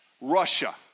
Russia